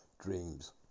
Dreams